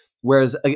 Whereas